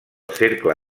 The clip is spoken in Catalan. cercle